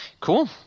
Cool